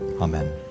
Amen